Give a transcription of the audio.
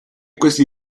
questi